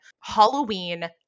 Halloween